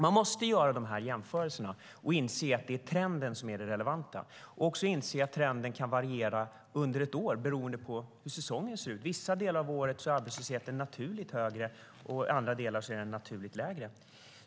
Man måste göra dessa jämförelser och inse att det är trenden som är relevant. Man måste också inse att trenden kan variera under ett år beroende på hur säsongen ser ut. Vissa delar av året är arbetslösheten naturligt högre och andra är den naturligt lägre.